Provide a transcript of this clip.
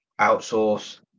outsource